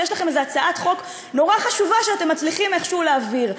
ויש לכם הצעת חוק נורא חשובה שאתם מצליחים איכשהו להעביר.